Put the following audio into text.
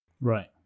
Right